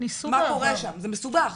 מה קורה שם - זה מסובך,